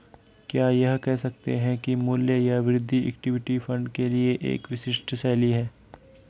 क्या यह कह सकते हैं कि मूल्य या वृद्धि इक्विटी फंड के लिए एक विशिष्ट शैली है?